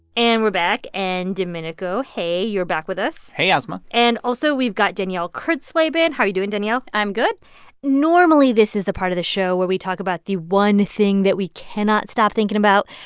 and we're back. and domenico, hey, you're back with us hey, asma and also we've got danielle kurtzleben. how are you doing, danielle? i'm good normally this is the part of the show where we talk about the one thing that we cannot stop thinking about.